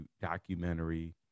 documentary